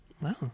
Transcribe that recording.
Wow